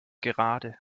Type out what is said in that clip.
gerade